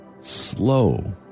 slow